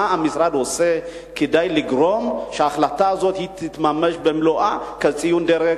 מה המשרד עושה כדי לגרום שההחלטה הזאת תתממש במלואה כציון דרך,